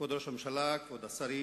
כבוד ראש הממשלה, כבוד השרים,